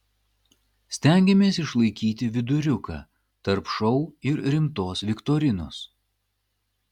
stengėmės išlaikyti viduriuką tarp šou ir rimtos viktorinos